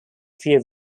few